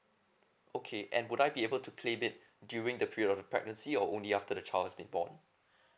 okay and would I be able to claim it during the period of a pregnancy or only after the child been born